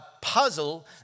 puzzle